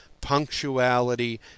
Punctuality